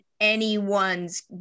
anyone's